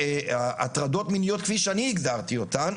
הטרדות מיניות כפי שאני הגדרתי אותן.